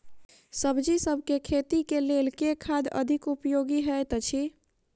सब्जीसभ केँ खेती केँ लेल केँ खाद अधिक उपयोगी हएत अछि?